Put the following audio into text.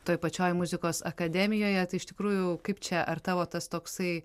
toj pačioj muzikos akademijoje tai iš tikrųjų kaip čia ar tavo tas toksai